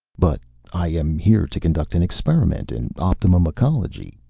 but i am here to conduct an experiment in optimum ecology,